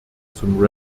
zum